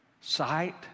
sight